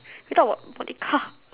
can talk about okay car